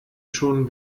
schon